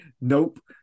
nope